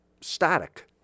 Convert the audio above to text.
static